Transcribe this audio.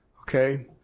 okay